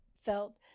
felt